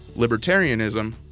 libertarianism,